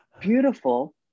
Beautiful